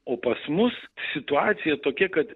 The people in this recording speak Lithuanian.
o pas mus situacija tokia kad